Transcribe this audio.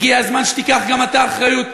הגיע הזמן שתיקח גם אתה אחריות.